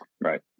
Right